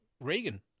Reagan